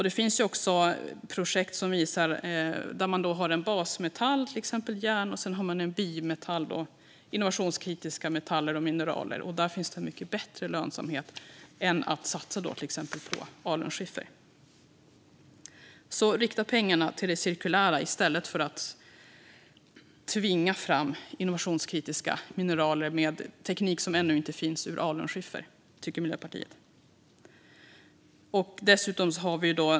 Det finns också projekt där man har en basmetall, till exempel järn, och biprodukter som innovationskritiska metaller och mineral. Där finns det mycket bättre lönsamhet än i satsningar på till exempel alunskiffer. Miljöpartiet tycker att man ska rikta pengarna till det cirkulära i stället för att tvinga fram innovationskritiska metaller och mineral ur alunskiffer med teknik som ännu inte finns.